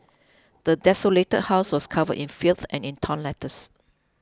the desolated house was covered in filth and torn letters